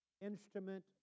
instrument